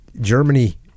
Germany